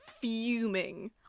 fuming